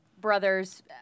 brothers